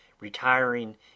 retiring